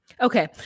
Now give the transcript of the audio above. okay